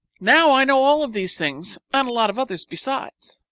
now, i know all of these things and a lot of others besides,